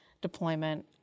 deployment